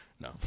No